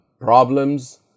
problems